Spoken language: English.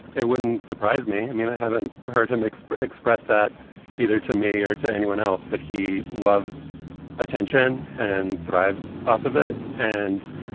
it wouldn't surprise me. i mean, i haven't heard him express express that either to me or to anyone else. but he loves attention and thrives off of it. and,